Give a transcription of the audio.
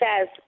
says